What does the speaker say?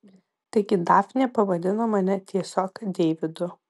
taigi dafnė pavadino mane tiesiog deividu